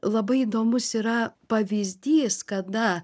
labai įdomus yra pavyzdys kada